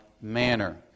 manner